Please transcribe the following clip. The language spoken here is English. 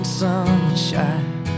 sunshine